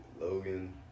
Logan